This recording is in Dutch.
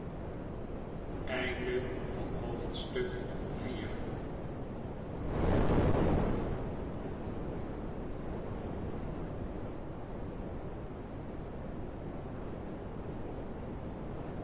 gunst van het